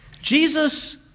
Jesus